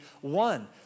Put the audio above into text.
one